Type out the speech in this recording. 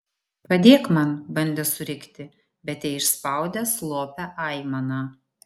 padėk man bandė surikti bet teišspaudė slopią aimaną